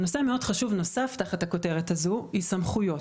נושא מאוד חשוב שהוא תחת הכותרת הזאת הוא סמכויות.